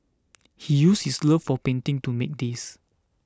he used his love of painting to make these